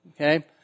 okay